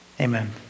Amen